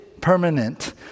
permanent